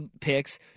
picks